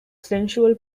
sensual